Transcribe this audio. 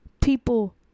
people